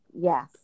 yes